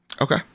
Okay